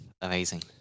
Amazing